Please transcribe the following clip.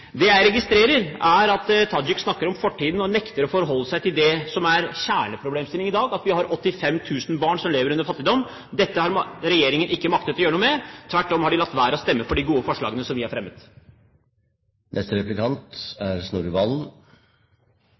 Det jeg registrerer, er at Tajik snakker om fortiden og nekter å forholde seg til det som er kjerneproblemstillingen i dag, at vi har 85 000 barn som lever under fattigdomsgrensen. Dette har regjeringen ikke maktet å gjøre noe med. Tvert om, de har latt være å stemme for de gode forslagene som vi har